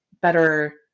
better